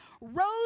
rose